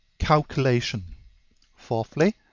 calculation fourthly,